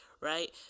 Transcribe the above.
right